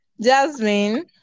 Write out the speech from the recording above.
Jasmine